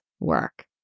work